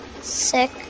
Sick